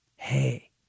Hey